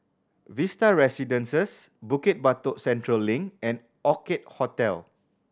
Vista Residences Bukit Batok Central Link and Orchid Hotel